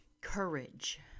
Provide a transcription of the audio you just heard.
courage